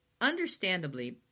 Understandably